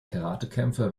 karatekämpfer